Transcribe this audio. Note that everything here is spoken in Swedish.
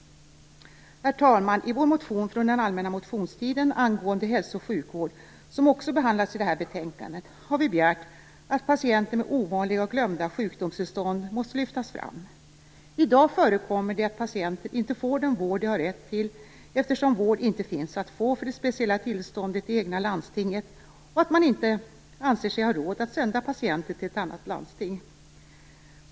Herr talman! I vår motion från den allmänna motionstiden angående hälso och sjukvård, som också behandlas i detta betänkande, har vi begärt att patienter med ovanliga och glömda sjukdomstillstånd lyfts fram. I dag förekommer det att patienter inte får den vård de har rätt till, eftersom vård inte finns att få för det speciella tillståndet i det egna landstinget och man inte anser sig ha råd att sända patienten till ett annat landsting.